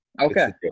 Okay